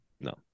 no